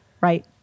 Right